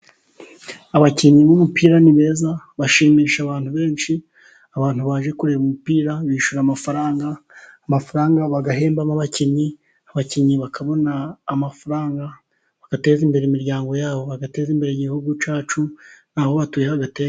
Abakinnyi b'umupira ni beza bashimisha abantu benshi, abantu baje kureba umupira bishyura amafaranga, amafaranga bagahembamo abakinnyi abakinnyi bakabona amafaranga, bagateza imbere imiryango yabo bagateza imbere igihugu cyacu, n'aho batuye hagatera imbere.